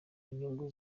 nyungu